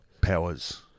Powers